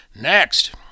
Next